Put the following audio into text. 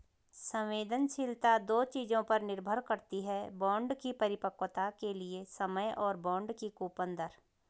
संवेदनशीलता दो चीजों पर निर्भर करती है बॉन्ड की परिपक्वता के लिए समय और बॉन्ड की कूपन दर